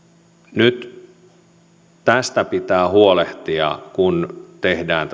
nyt tästä pitää huolehtia kun tehdään